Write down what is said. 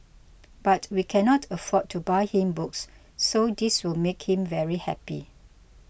but we cannot afford to buy him books so this will make him very happy